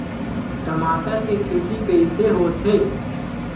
टमाटर के खेती कइसे होथे?